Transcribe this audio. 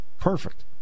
Perfect